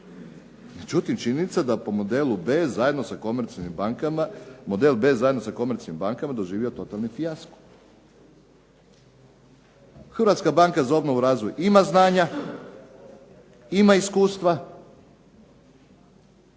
je činjenica da po modelu B zajedno s komercijalnim bankama, model B zajedno s komercijalnim bankama doživio totalni fijasko. Hrvatska banka za obnovu i razvoj ima znanja, ima iskustva,